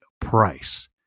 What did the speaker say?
price